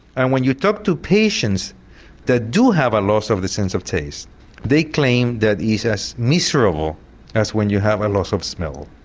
and when you talk to patients that do have a loss of the sense of taste they claim it is as miserable as when you have a loss of smell.